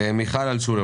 מיכל אלטשולר